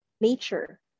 nature